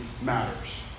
matters